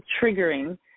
triggering